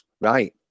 right